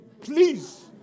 Please